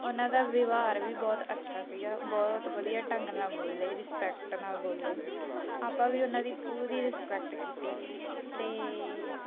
ਉਹਨਾਂ ਦਾ ਵਿਵਹਾਰ ਵੀ ਬਹੁਤ ਅੱਛਾ ਸੀਗਾ ਬਹੁਤ ਵਧੀਆ ਢੰਗ ਨਾਲ ਬੋਲੇ ਰਿਸਪੈਕਟ ਨਾਲ ਬੋਲੇ ਆਪਾਂ ਵੀ ਉਹਨਾਂ ਦੀ ਪੂਰੀ ਰਿਸਪੈਕਟ ਕੀਤੀ ਅਤੇ